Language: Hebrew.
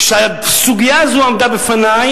כשהסוגיה הזו עמדה בפני,